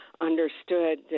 understood